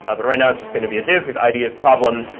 ah but right now, it's just going to be a div whose id is problem,